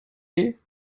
you